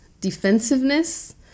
defensiveness